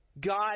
God